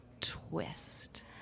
twist